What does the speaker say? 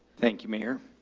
thank you mayor